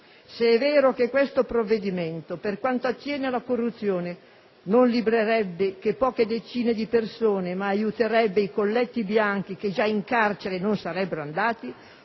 Se è vero che questo provvedimento, per quanto attiene alla corruzione, non libererebbe che poche decine di persone, ma aiuterebbe i colletti bianchi che già in carcere non sarebbero andati,